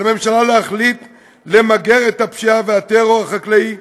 על הממשלה להחליט למגר את הפשיעה והטרור החקלאיים,